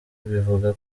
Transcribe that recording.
bivuga